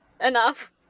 Enough